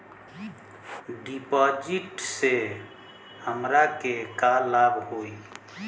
डिपाजिटसे हमरा के का लाभ होई?